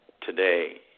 today